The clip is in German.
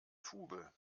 tube